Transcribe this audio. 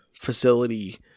facility